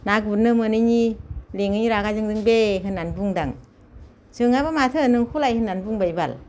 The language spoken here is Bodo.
ना गुरनो मोनैनि लेङैनि रागा जोंदों बे होननानै बुंदां जोङा बा माथो नोंखौलाय होननानै बुंबाय बाल